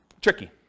tricky